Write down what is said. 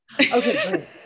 Okay